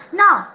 now